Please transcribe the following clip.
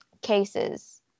cases